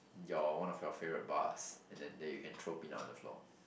your one of your favourite bars and then there you can throw peanut on the floor